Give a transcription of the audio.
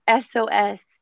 SOS